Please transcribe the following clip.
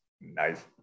Nice